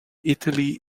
italy